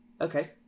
Okay